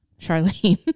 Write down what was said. Charlene